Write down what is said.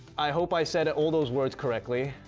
i hope i said all those words correctly.